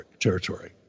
territory